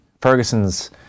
Ferguson's